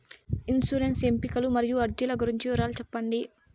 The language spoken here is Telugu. ఇన్సూరెన్సు ఎంపికలు మరియు అర్జీల గురించి వివరాలు సెప్పండి